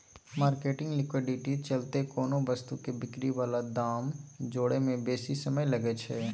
marketing liquidity चलते कोनो वस्तु के बिक्री बला दाम जोड़य में बेशी समय लागइ छइ